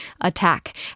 attack